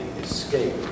escape